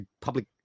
public